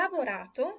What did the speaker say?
lavorato